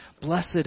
Blessed